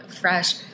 fresh